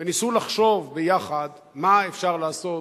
וניסו לחשוב ביחד מה אפשר לעשות